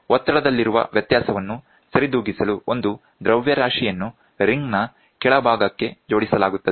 ಒತ್ತಡದಲ್ಲಿರುವ ವ್ಯತ್ಯಾಸವನ್ನು ಸರಿದೂಗಿಸಲು ಒಂದು ದ್ರವ್ಯರಾಶಿಯನ್ನು ರಿಂಗ್ ನ ಕೆಳಭಾಗಕ್ಕೆ ಜೋಡಿಸಲಾಗುತ್ತದೆ